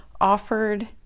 offered